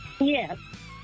Yes